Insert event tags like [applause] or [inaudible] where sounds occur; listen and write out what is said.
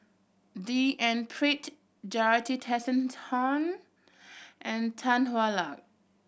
D N Pritt Jorothy Tessensohn [unintelligible] and Tan Hwa Luck